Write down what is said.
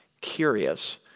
Curious